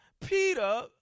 Peter